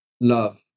Love